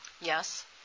Yes